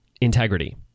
integrity